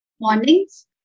Mornings